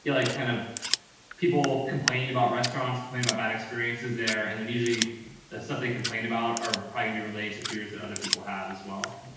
yeah like kind of people complained about restaurants, plenty about bad experiences there. and then usually the stuff they complain about are probably gonna and be related to fears that other people have as well.